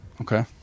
Okay